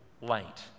light